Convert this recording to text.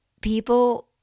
people